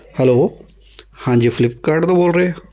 hello ਹਾਂਜੀ Flipkart ਤੋਂ ਬੋਲ ਰਹੇ